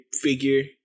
figure